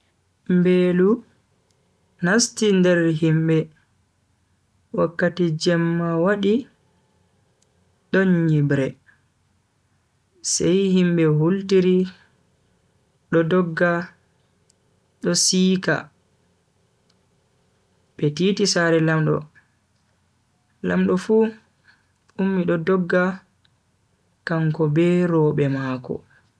Mbelu nasti nder himbe wakkati jemma wadi don nyibre sai himbe hultiri do dogga do siika be titi sare lamdo, lamdo fu ummi do dogga kanko be robe mako.